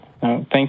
Thank